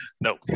no